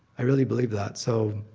i really believe that. so,